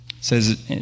says